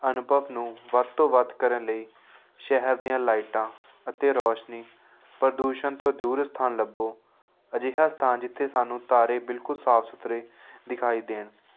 ਅਨੁਭਵ ਨੂੰ ਵੱਧ ਤੋਂ ਵੱਧ ਕਰਨ ਲਈ ਸ਼ਹਿਰ ਦੀਆਂ ਲਾਈਟਾਂ ਅਤੇ ਰੌਸ਼ਨੀ ਪ੍ਰਦੂਸ਼ਣ ਤੋਂ ਦੂਰ ਸਥਾਨ ਲੱਭੋ ਅਜਿਹਾ ਸਥਾਨ ਜਿੱਥੇ ਸਾਨੂੰ ਤਾਰੇ ਬਿਲਕੁਲ ਸਾਫ਼ ਸੁਥਰੇ ਦਿਖਾਈ ਦੇਣ